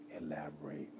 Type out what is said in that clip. elaborate